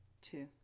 Two